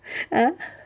ah